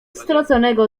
straconego